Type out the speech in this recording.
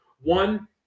one